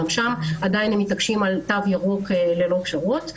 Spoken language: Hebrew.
גם שם הם עדיין מתעקשים על תו ירוק ללא פשרות.